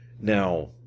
Now